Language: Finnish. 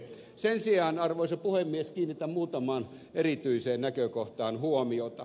sen sijaan arvoisa puhemies kiinnitän muutamaan erityiseen näkökohtaan huomiota